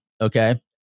Okay